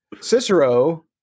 Cicero